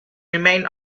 remain